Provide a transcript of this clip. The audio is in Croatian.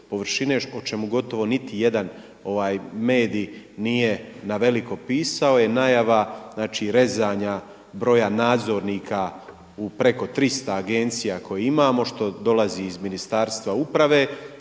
o čemu gotovo niti jedan medij nije na veliko pisao je najava, znači rezanja broja nadzornika u preko 300 agencija koje imamo što dolazi iz Ministarstva uprave.